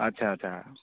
ଆଛା ଆଛା